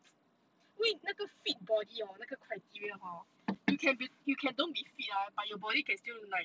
因为那个 fit body hor 那个 criteria hor you can you can don't be fit ah but your body can still look nice